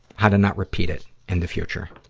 how to not repeat it in the future.